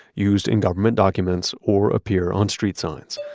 used in government documents or appear on street signs.